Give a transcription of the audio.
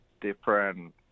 different